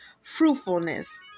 fruitfulness